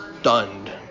stunned